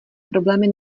problémy